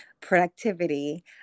productivity